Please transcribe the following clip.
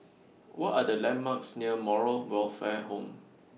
What Are The landmarks near Moral Welfare Home